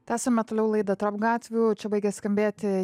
tęsiame toliau laidą tarp gatvių čia baigė skambėti